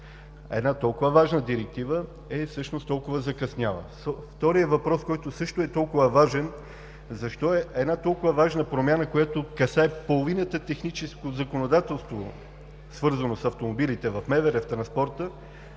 Една толкова важна Директива е в същност толкова закъсняла. Вторият въпрос, който също е важен: защо толкова важна промяна, която касае половината техническо законодателство, свързано с автомобилите в Министерството